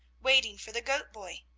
waiting for the goat-boy.